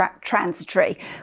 transitory